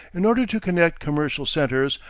in order to connect commercial centres,